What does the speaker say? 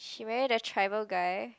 she marry the tribal guy